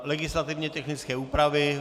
Legislativně technické úpravy.